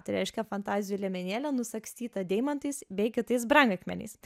tai reiškia fantazijų liemenėlė nusagstyta deimantais bei kitais brangakmeniais